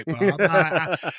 right